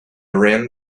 rang